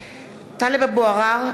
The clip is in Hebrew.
(קוראת בשמות חברי הכנסת) טלב אבו עראר,